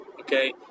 okay